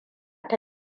ta